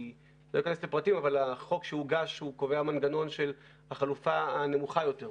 אני לא אכנס לפרטים אבל החוק שהוגש קובע מנגנון של החלופה הנמוכה יותר,